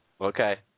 Okay